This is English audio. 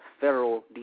federal